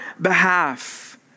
behalf